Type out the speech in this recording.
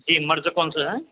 جی مرض کون سا ہیں